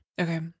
Okay